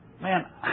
man